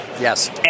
Yes